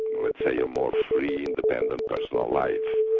let's say a more free, independent personal life.